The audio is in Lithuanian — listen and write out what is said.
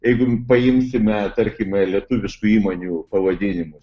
jeigu paimsime tarkime lietuviškų įmonių pavadinimus